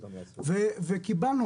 וקיבלנו,